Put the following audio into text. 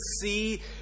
see